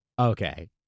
Okay